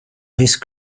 ice